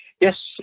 Yes